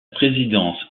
présidence